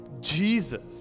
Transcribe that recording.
Jesus